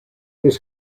this